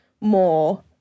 more